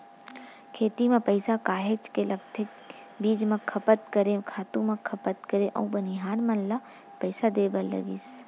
खेती म पइसा काहेच के लगथे बीज म खपत करेंव, खातू म खपत करेंव अउ बनिहार मन ल पइसा देय बर लगिस